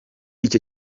icyo